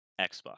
Xbox